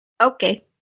Okay